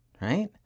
right